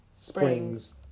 Springs